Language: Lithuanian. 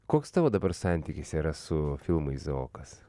koks tavo dabar santykis yra su filmu izaokas